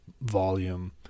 volume